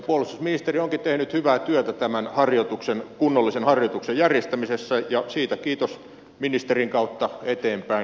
puolustusministeriö onkin tehnyt hyvää työtä tämän harjoituksen kunnollisen harjoituksen järjestämisessä ja siitä kiitos ministerin kautta eteenpäin välitettäväksi